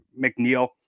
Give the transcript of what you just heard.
McNeil